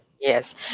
Yes